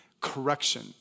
correction